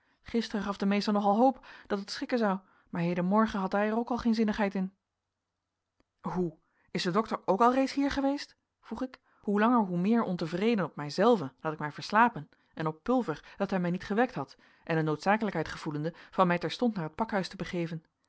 gisteren gaf de meester nogal hoop dat het schikken zou maar hedenmorgen had hij er ook al geen zinnigheid in hoe is de dokter ook al reeds hier geweest vroeg ik hoe langer hoe meer ontevreden op mijzelven dat ik mij verslapen en op pulver dat hij mij niet gewekt had en de noodzakelijkheid gevoelende van mij terstond naar het pakhuis te begeven